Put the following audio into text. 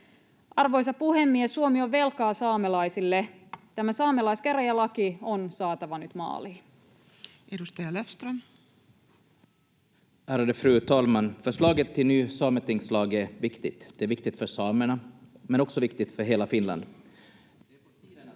Arvoisa puhemies! Suomi on velkaa saamelaisille. Tämä saamelaiskäräjälaki on saatava nyt maaliin. Edustaja Löfström. Ärade fru talman! Förslaget till ny sametingslag är viktigt. Det är viktigt för samerna men också viktigt för hela Finland.